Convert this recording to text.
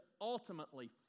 ultimately